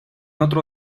otro